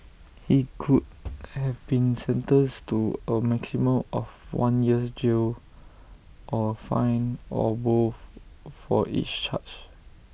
he could have been sentenced to A maximum of one year's jail or fine or both for each charge